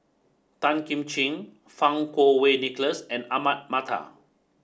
Tan Kim Ching Fang Kuo Wei Nicholas and Ahmad Mattar